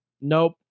Nope